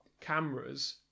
cameras